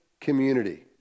community